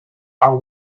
are